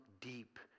deep